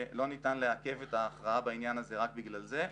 ולא ניתן לעכב את ההכרעה בעניין הזה רק בגלל זה.